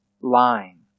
line